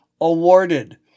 awarded